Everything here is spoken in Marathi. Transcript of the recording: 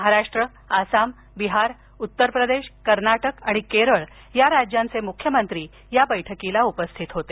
महाराष्ट्र आसाम बिहार उत्तर प्रदेश कर्नाटक आणि केरळ या राज्यांचे मुख्यमंत्री या बैठकीला उपस्थित होते